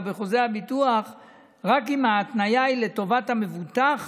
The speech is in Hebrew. בחוזה הביטוח רק אם ההתניה היא לטובת המבוטח